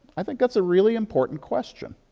i think that's a really important question.